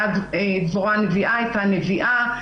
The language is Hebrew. שדבורה הנביאה הייתה "נביאה".